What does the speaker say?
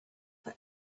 for